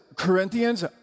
Corinthians